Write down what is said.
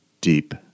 deep